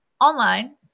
Online